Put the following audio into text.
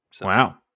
Wow